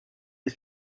des